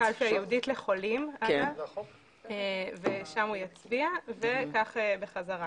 הקלפי הייעודית לחולים ושם הוא יצביע וכך בחזרה.